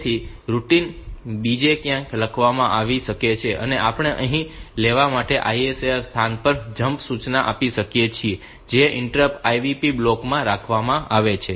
તેથી રૂટિન બીજે ક્યાંક લખવામાં આવી શકે છે અને આપણે અહીં લેવા માટે ISR સ્થાન પર જમ્પ સૂચના આપી શકીએ છીએ જે ઇન્ટર IVT બ્લોક માં રાખવામાં આવી શકે છે